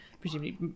presumably